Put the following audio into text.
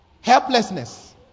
Helplessness